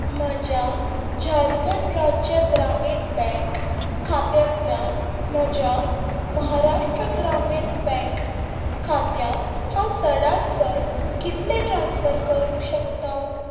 म्हज्या झारखंड राज्य ग्रामीण बँक खात्यांतल्यान म्हज्या महाराष्ट्र ग्रामीण बँक खात्यात हांव चडात चड कितले ट्रान्स्फर करूंक शकता